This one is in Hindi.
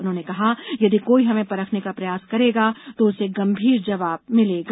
उन्होंने कहा कि यदि कोई हमें परखने का प्रयास करेगा तो उसे उसका गंभीर जवाब मिलेगा